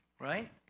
right